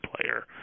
player